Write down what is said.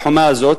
החומה הזאת,